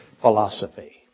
philosophy